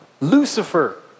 Lucifer